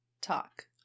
talk